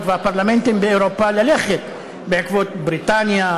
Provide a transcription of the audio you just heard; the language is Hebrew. והפרלמנטים באירופה ללכת בעקבות בריטניה,